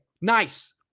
nice